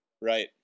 Right